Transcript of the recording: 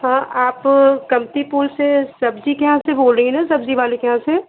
हाँ आप कमतिपुल से सब्ज़ी के यहाँ से बोल रही हैं ना सब्ज़ी वाले के यहाँ से